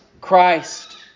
Christ